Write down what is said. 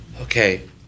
Okay